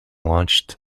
launched